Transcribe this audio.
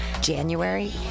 January